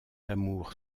l’amour